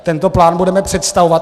Tento plán budeme představovat.